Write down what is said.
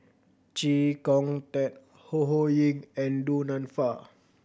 Chee Kong Tet Ho Ho Ying and Du Nanfa